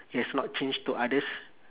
it has not changed to others